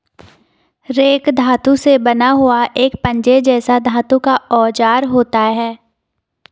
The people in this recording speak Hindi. रेक धातु से बना हुआ एक पंजे जैसा धातु का औजार होता है